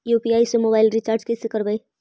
UPI से mobile recharge कैसे करबइ?